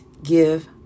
Give